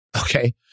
okay